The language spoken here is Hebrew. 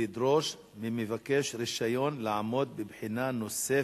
לדרוש ממבקש רשיון לעמוד בבחינה נוספת.